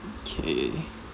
K